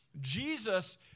Jesus